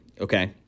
okay